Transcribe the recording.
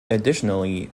additionally